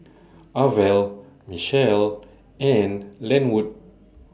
Arvel Mitchell and Lenwood